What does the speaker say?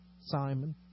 Simon